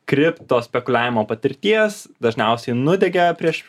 kripto spekuliavimo patirties dažniausiai nudegė prieš